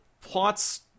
plots